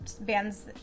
bands